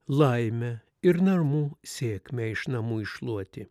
laimę ir namų sėkmę iš namų iššluoti